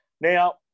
Now